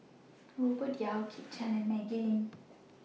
Robert Yeo Kit Chan and Maggie Lim